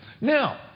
Now